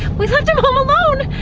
we left him home alone!